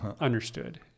understood